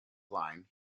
line